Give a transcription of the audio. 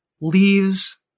leaves